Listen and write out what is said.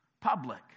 public